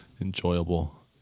Enjoyable